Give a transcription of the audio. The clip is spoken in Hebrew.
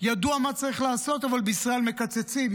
ידוע מה צריך לעשות, אבל בישראל מקצצים.